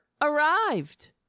arrived